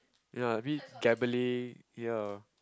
ya I mean gambling ya